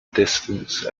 distance